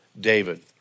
David